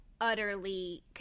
utterly